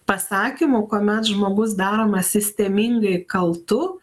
pasakymų kuomet žmogus daromas sistemingai kaltu